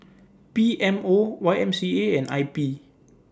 P M O Y M C A and I P